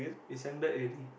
they send back already